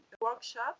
workshop